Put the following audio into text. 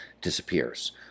disappears